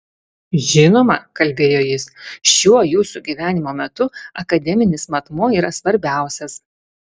žinoma kalbėjo jis šiuo jūsų gyvenimo metu akademinis matmuo yra svarbiausias